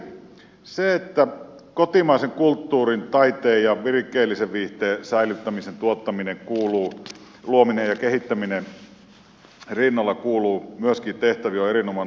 lisäksi se että kotimaisen kulttuurin taiteen ja virikkeellisen viihteen säilyttäminen tuottamisen luomisen ja kehittämisen rinnalla kuuluu myöskin tehtäviin on erinomainen asia